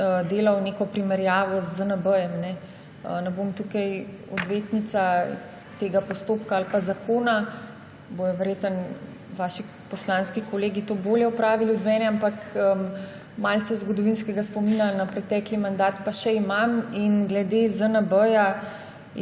delali neko primerjavo z ZNB – ne bom tukaj odvetnica tega postopka ali zakona, bodo verjetno vaši poslanski kolegi to bolje opravili od mene, ampak malce zgodovinskega spomina na pretekli mandat pa še imam. Glede ZNB je